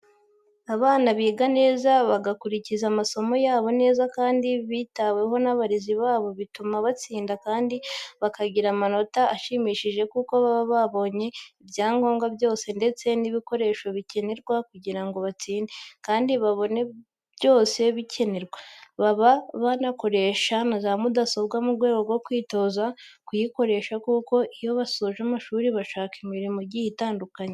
Abana biga neza bagakurikirana amasomo yabo neza kandi bitaweho n'abarezi babo bituma batsinda kandi bakagira amanota ashimishije kuko baba babonye ibyangombwa byose ndetse n'ibikoresho bikenerwa kugira ngo batsinde kandi babone byose bikenerwa, baba banakoresha za mudasobwa mu rwego rwo kwitoza kuyikoresha kuko iyo basoje amashuri bashaka imirimo igiye itandukanye.